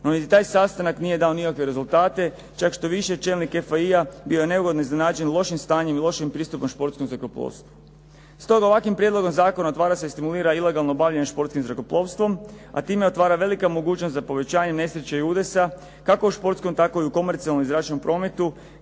No ni taj sastanak nije dao nikakve rezultate, čak što više čelnik EASA-e bio je neugodno iznenađen lošim stanjem i lošim pristupom športskom zrakoplovstvu. Stoga ovakvim prijedlogom zakona otvara se i stimulira ilegalno obavljanje športskim zrakoplovstvom, a time otvara velika mogućnost za povećanjem nesreća i udesa kako u športskom tako i u komercijalnom i zračnom prometu